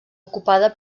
ocupada